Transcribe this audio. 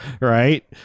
Right